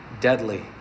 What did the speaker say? deadly